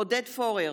עודד פורר,